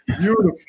Beautiful